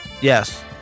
Yes